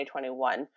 2021